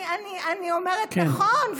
אני אומרת: נכון,